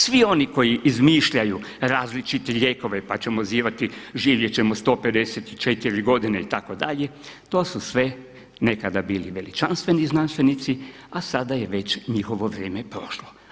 Svi oni koji izmišljaju različite lijekove, pa ćemo živjeti 154 godine itd., to su sve nekada bili veličanstveni znanstvenici a sada je već njihovo vrijeme prošlo.